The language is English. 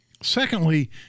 Secondly